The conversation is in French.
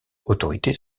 autorité